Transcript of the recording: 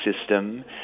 system